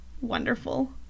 wonderful